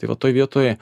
tai va toj vietoj